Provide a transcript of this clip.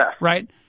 Right